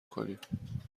کنیم